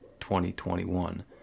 2021